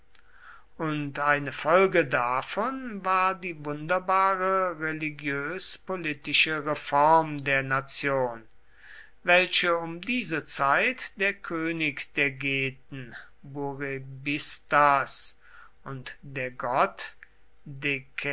und eine folge davon war die wunderbare religiös politische reform der nation welche um diese zeit der könig der geten burebistas und der gott